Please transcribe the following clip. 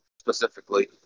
specifically